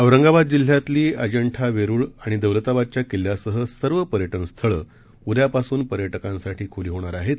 औरंगाबादजिल्ह्यातलीअजिंठा वेरूळआणिदौलताबादच्याकिल्ल्यासहसर्वपर्यटनस्थळं उद्यापासूनपर्यटकांसाठीखुलीहोणारआहेत